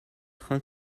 train